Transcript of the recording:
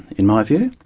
in my view.